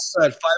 five